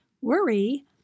worry